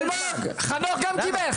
אלמוג חנוך גם קיבל,